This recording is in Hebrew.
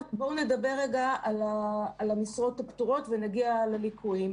בואו נדבר על המשרות הפטורות ונגיע לליקויים.